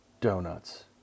donuts